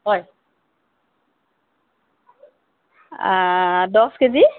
হয় দহ কেজি